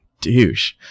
douche